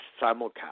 simulcast